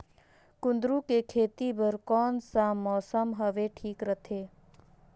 कुंदूरु के खेती बर कौन सा मौसम हवे ठीक रथे?